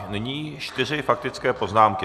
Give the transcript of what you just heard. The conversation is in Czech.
Nyní čtyři faktické poznámky.